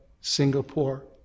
Singapore